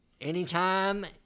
Anytime